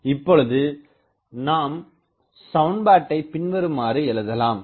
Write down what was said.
இப்பொழுது நாம் சமன்பாட்டைப் பின்வருமாறு எழுதலாம்